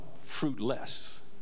fruitless